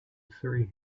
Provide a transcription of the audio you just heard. surry